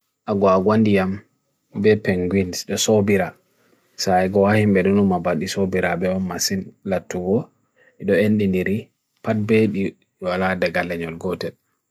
agwa gwandiyam vapengwins, the sobira sa aigwa him merunum abad the sobira bewa masin latuwo ido endi niri, padbe yu wala de galen yon gotet